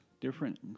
different